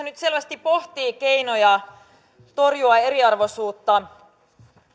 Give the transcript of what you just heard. nyt selvästi pohtii keinoja torjua eriarvoisuutta